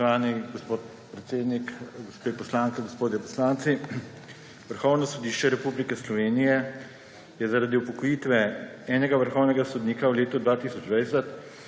Vrhovno sodišče Republike Slovenije je zaradi upokojitve enega vrhovnega sodnika v letu 2020